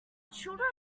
children